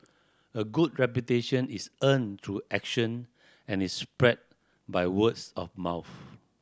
a good reputation is earned through action and is spread by worth of mouth